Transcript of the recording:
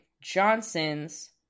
Johnson's